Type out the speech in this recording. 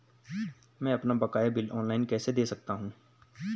मैं अपना बकाया बिल ऑनलाइन कैसे दें सकता हूँ?